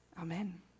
Amen